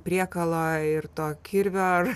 priekalo ir to kirvio ar